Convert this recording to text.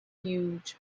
huge